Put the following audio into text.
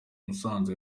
musanze